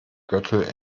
gürtel